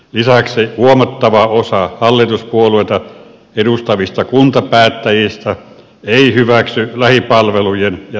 lisäksi huomattava osa hallituspuolueita edustavista kuntapäättäjistä ei hyväksy lähipalvelujen ja lähidemokratian alasajoa